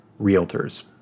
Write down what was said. realtors